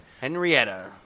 Henrietta